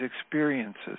experiences